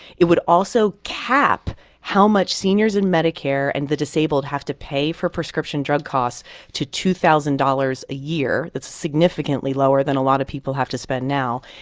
it would also cap how much seniors in medicare and the disabled have to pay for prescription drug costs to two thousand dollars a year. that's significantly lower than a lot of people have to spend now.